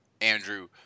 Andrew